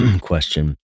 question